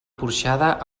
porxada